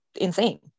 insane